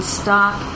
stop